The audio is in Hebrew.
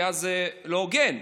כי אז זה לא הוגן,